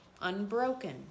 unbroken